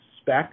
spec